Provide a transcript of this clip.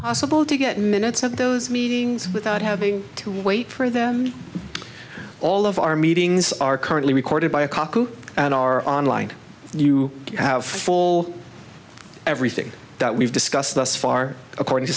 possible to get minutes at those meetings without having to wait for them all of our meetings are currently recorded by a cop and are online and you have full everything that we've discussed thus far according to